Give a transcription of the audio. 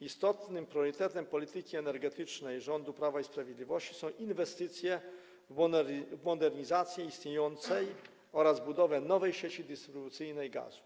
Istotnym priorytetem polityki energetycznej rządu Prawa i Sprawiedliwości są inwestycje w modernizację istniejącej oraz budowę nowej sieci dystrybucyjnej gazu.